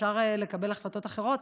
אפשר לקבל החלטות אחרות,